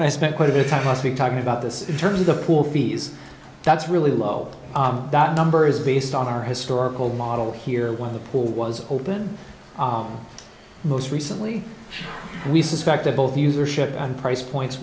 and i spent quite a bit of time last week talking about this in terms of the pool fees that's really low that number is based on our historical model here when the pool was open most recently we suspect that both user ship and price points